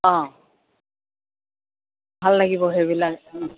অঁ ভাল লাগিব সেইবিলাক